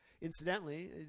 Incidentally